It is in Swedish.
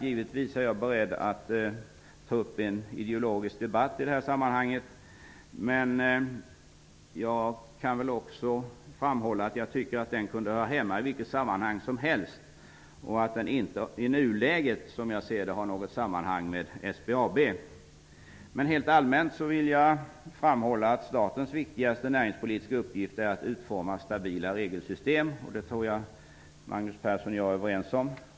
Givetvis är jag beredd att ta upp en ideologisk debatt i det här sammanhanget, men jag tycker att den kunde föras i vilket sammanhang som helst. I nuläget har den, som jag ser det, inte något samband med SBAB. Helt allmänt vill jag framhålla att statens viktigaste allmänpolitiska uppgift är att utforma stabila regelsystem och skapa förutsättningar för väl fungerande marknader.